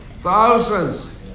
thousands